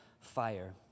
fire